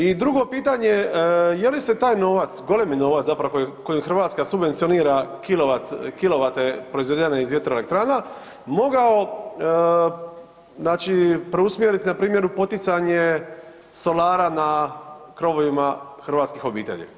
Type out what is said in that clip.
I drugo pitanje, je li se taj novac, golemi novac zapravo koji Hrvatska subvencionira kW, kW proizvedene iz vjetroelektrana mogao znači preusmjeriti npr. u poticanje solara na krovovima hrvatskih obitelji?